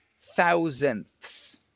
thousandths